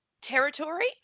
territory